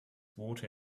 water